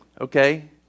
Okay